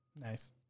Nice